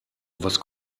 was